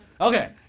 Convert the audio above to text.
Okay